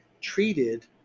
treated